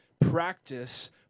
practice